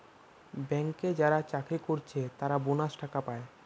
ব্যাংকে যারা চাকরি কোরছে তারা বোনাস টাকা পায়